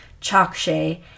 chakshay